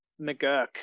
McGurk